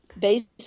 based